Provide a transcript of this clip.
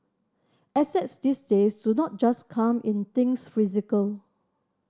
assets these days do not just come in things physical